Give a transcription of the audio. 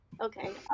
Okay